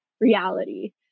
reality